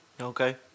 okay